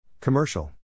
Commercial